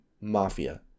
Mafia